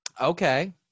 Okay